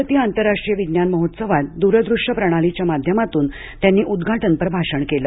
भारतीय आंतरराष्ट्रीय विज्ञान महोत्सवामध्ये काल द्रदृष्य प्रणालीच्या माध्यमातून त्यांनी उद्वाटनपर भाषण केलं